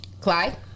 Clyde